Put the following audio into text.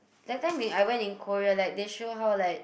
that time I went in Korea like they show how like